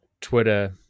Twitter